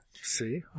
See